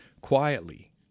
quietly